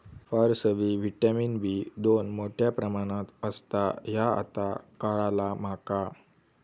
फारसबी vitamin B दोन मोठ्या प्रमाणात असता ह्या आता काळाला माका